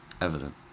evident